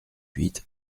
huit